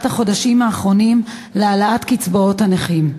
החודשים האחרונים להעלאת קצבאות הנכים.